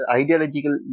ideological